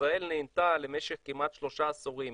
כשישראל נהנתה במשך כמעט שלושה עשורים